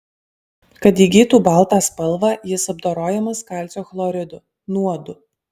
kad įgytų baltą spalvą jis apdorojamas kalcio chloridu nuodu